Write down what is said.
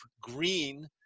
green